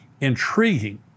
intriguing